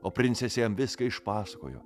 o princesė jam viską išpasakojo